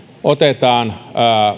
otetaan